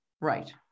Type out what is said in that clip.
Right